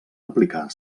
aplicar